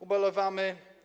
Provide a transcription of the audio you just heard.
Ubolewamy.